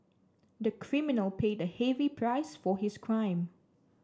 the criminal paid a heavy price for his crime